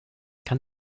kann